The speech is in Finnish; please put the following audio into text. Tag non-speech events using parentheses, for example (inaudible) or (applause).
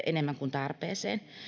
(unintelligible) enemmän kuin tarpeeseen